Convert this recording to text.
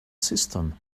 system